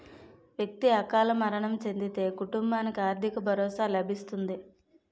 వ్యక్తి అకాల మరణం చెందితే కుటుంబానికి ఆర్థిక భరోసా లభిస్తుంది